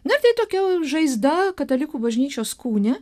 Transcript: na ir tai tokia žaizda katalikų bažnyčios kūne